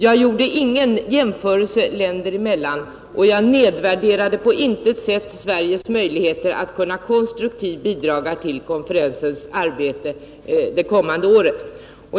Jag gjorde ingen jämförelse länder emellan, och jag nedvärderade på intet sätt Sveriges möjligheter att konstruktivt bidraga till konferensens arbete det kommande året.